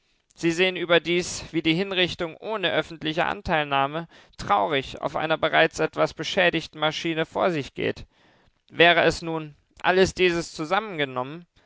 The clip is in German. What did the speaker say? sie sehen überdies wie die hinrichtung ohne öffentliche anteilnahme traurig auf einer bereits etwas beschädigten maschine vor sich geht wäre es nun alles dieses zusammengenommen